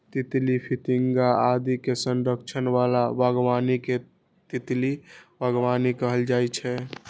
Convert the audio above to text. तितली, फतिंगा आदि के संरक्षण बला बागबानी कें तितली बागबानी कहल जाइ छै